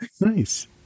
Nice